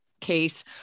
case